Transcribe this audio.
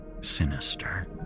sinister